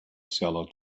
seller